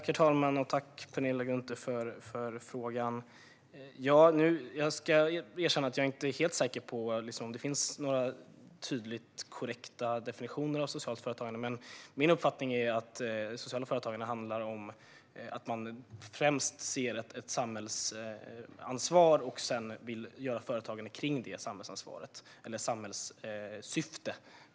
Herr talman! Tack, Penilla Gunther, för frågan! Jag ska erkänna att jag inte är helt säker på om det finns några tydliga, korrekta definitioner av socialt företagande. Men min uppfattning är att sociala företag skapas för att man främst ser ett samhällsansvar och vill driva företag med ett samhällssyfte.